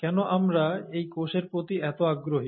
কেন আমরা এই কোষের প্রতি এত আগ্রহী